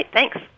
Thanks